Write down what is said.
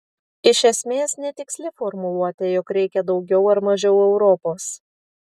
iš esmės netiksli formuluotė jog reikia daugiau ar mažiau europos